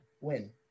win